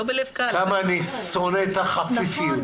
כמה אני שונא את החפיפיות,